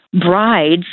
brides